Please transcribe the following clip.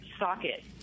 socket